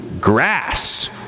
Grass